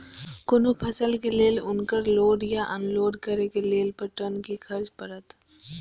कोनो फसल के लेल उनकर लोड या अनलोड करे के लेल पर टन कि खर्च परत?